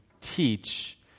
teach